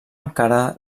encara